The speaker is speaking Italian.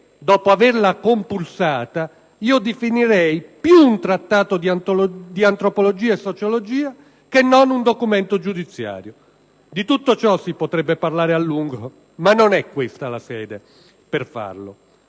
dopo averla compulsata, io definirei più un trattato di antropologia e sociologia che non un documento giudiziario. Di tutto ciò si potrebbe parlare a lungo, ma non è questa la sede per farlo.